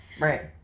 Right